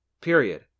period